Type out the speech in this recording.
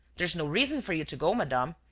there is no reason for you to go, madame,